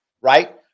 right